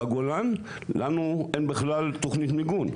בגולן לנו אין בכלל תוכנית מיגון.